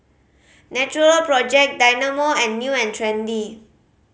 Natural Project Dynamo and New and Trendy